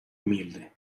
humilde